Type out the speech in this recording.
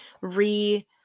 re